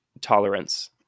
tolerance